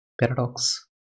paradox